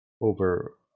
over